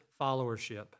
followership